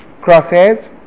crosshairs